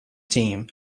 team